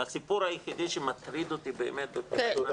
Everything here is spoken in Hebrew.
הסיפור היחידי שמטריד אותי באמת ב --- כן,